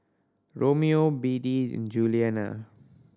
Romeo Beadie and Julianna